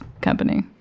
company